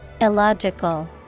Illogical